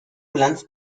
kulanz